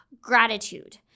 gratitude